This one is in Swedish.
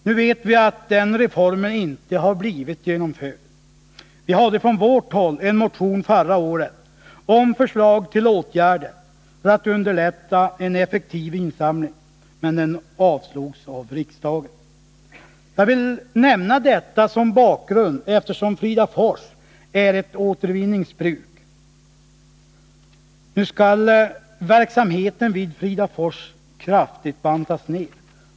Nu vet vi att reformen inte har blivit genomförd. Från vårt håll väckte vi förra året en motion med krav på förslag till åtgärder för att underlätta en effektiv insamling, men den avslogs av riksdagen. Jag vill nämna detta som bakgrund, eftersom Fridafors är ett återvinningsbruk. Nu skall verksamheten där kraftigt bantas ner.